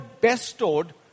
bestowed